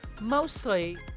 mostly